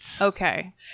Okay